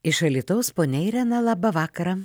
iš alytaus ponia irena labą vakarą